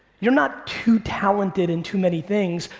you're not too talented in too many things,